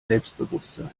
selbstbewusstsein